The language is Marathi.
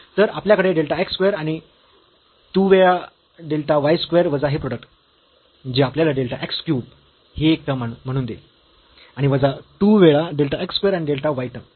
तर आपल्याकडे डेल्टा x स्क्वेअर आणि 2 वेळा डेल्टा y स्क्वेअर वजा हे प्रोडक्ट जे आपल्याला डेल्टा x क्यूब हे एक टर्म म्हणून देईल आणि वजा 2 वेळा डेल्टा x स्क्वेअर आणि डेल्टा y टर्म